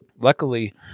Luckily